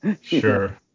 sure